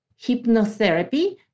hypnotherapy